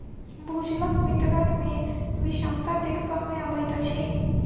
भूजलक वितरण मे विषमता देखबा मे अबैत अछि